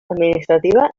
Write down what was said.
administrativa